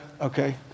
okay